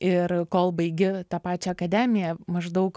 ir kol baigi tą pačią akademiją maždaug